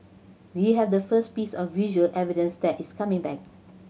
we have the first piece of visual evidence that it's coming back